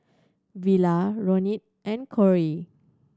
Vela Ronin and Corrie